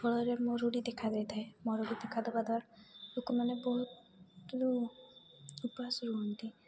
ଫଳରେ ମରୁଡ଼ି ଦେଖାଯାଇଥାଏ ମରୁଡ଼ି ଦେଖା ଦେବା ଦ୍ୱାରା ଲୋକମାନେ ବହୁତ କିନ୍ତୁ ଉପବାସ ରୁହନ୍ତି